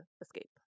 escape